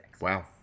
wow